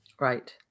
Right